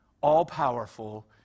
all-powerful